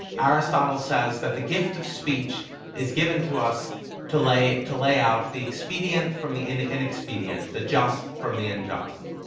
aristotle says that the gift of speech is given to us to lay to lay out the expedient from the inexpedient, the just from the unjust.